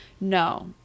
No